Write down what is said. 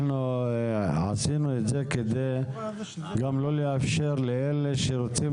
עשינו את זה כדי לא לאפשר לאלה שרוצים